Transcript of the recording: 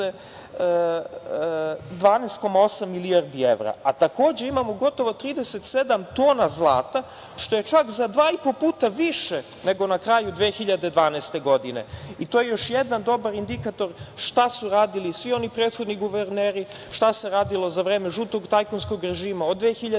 12,8 milijardi evra, a takođe imamo gotovo 37 tona zlata što je čak za 2,5 puta više nego na kraju 2012. godine. To je još jedan dobar indikator šta su radili svi oni prethodni guverneri, šta se radilo za vreme žutog tajkunskog režima od 2000. godine